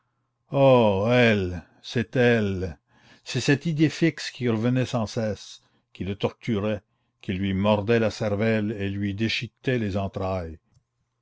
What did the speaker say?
oh elle c'est elle c'est cette idée fixe qui revenait sans cesse qui le torturait qui lui mordait la cervelle et lui déchiquetait les entrailles